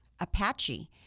Apache